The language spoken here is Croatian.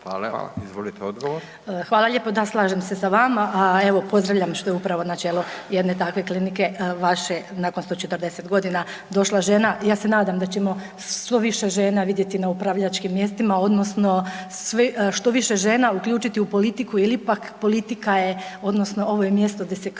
Hvala. Izvolite odgovor.